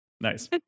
Nice